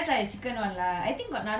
chicken masala